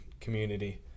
community